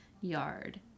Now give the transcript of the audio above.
yard